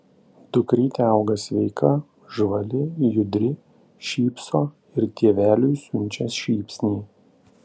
dukrytė auga sveika žvali judri šypso ir tėveliui siunčia šypsnį